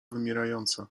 wymierająca